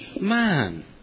man